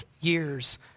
years